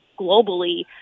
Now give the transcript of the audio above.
globally